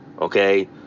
Okay